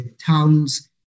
towns